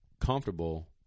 comfortable